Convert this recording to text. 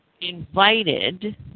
invited